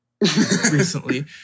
recently